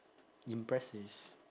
impressive